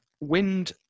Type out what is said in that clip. Wind